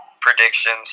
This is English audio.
predictions